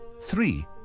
Three